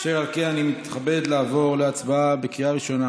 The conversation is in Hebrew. אשר על כן, אני מתכבד לעבור להצבעה בקריאה ראשונה